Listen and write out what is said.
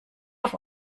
auf